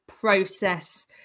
process